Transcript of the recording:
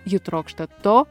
ji trokšta to